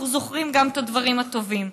אנחנו זוכרים גם את הדברים הטובים.